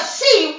see